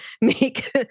make